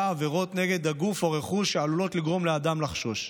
עבירות נגד הגוף או הרכוש שעלולות לגרום לאדם לחשוש.